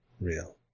real